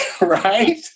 right